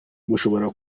mushobora